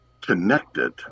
connected